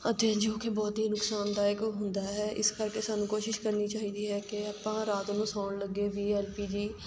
ਅਤੇ ਜੋ ਕਿ ਬਹੁਤ ਹੀ ਨੁਕਸਾਨਦਾਇਕ ਹੁੰਦਾ ਹੈ ਇਸ ਕਰਕੇ ਸਾਨੂੰ ਕੋਸ਼ਿਸ਼ ਕਰਨੀ ਚਾਹੀਦੀ ਹੈ ਕਿ ਆਪਾਂ ਰਾਤ ਨੂੰ ਸੌਣ ਲੱਗੇ ਵੀ ਐੱਲ ਪੀ ਜੀ